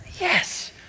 Yes